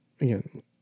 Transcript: again